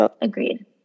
Agreed